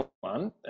one